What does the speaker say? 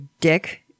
dick